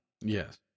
Yes